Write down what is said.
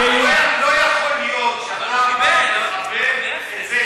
לא יכול להיות שאתה אמרת שמי